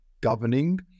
governing